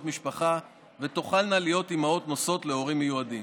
משפחה ותוכלנה להיות אימהות נושאות להורים מיועדים.